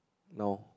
now